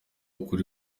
ukuri